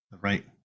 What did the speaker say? right